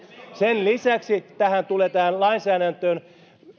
sen lisäksi tähän lainsäädäntöön tulee